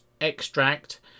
extract